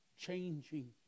changing